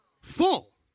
Full